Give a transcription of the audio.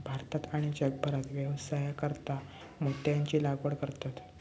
भारतात आणि जगभरात व्यवसायासाकारता मोत्यांची लागवड करतत